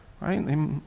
right